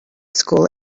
school